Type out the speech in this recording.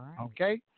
Okay